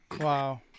Wow